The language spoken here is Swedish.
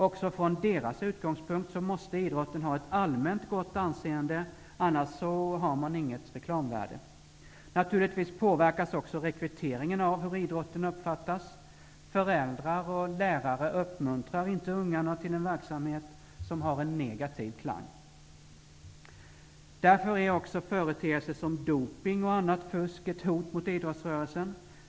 Också från deras utgångspunkt måste idrotten ha ett gott anseende, annars har man inget reklamvärde. Naturligtvis påverkas också rekryteringen av hur idrotten uppfattas. Föräldrar och lärare uppmuntrar inte ungarna till en verksamhet som har en negativ klang. Därför är också företeelser som doping och annat fusk ett hot mot idrottsrörelsen.